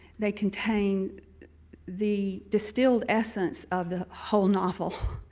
they contain the distilled essence of the whole novel.